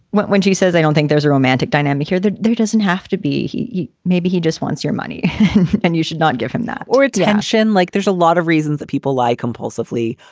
when when she says, i don't think there's a romantic dynamic here that doesn't have to be. he maybe he just wants your money and you should not give him that or attention like there's a lot of reasons that people lie compulsively.